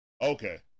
okay